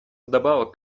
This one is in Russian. вдобавок